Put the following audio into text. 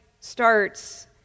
starts